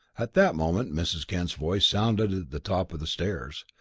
at that moment mrs. kent's voice sounded at the top of the stairs.